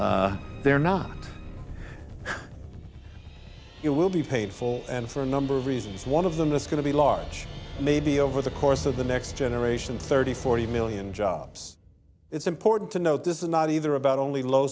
patriotism they're not you will be paid for and for a number of reasons one of them that's going to be large maybe over the course of the next generation thirty forty million jobs it's important to note this is not either about only low